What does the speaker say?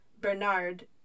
Bernard